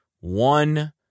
one